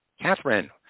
Catherine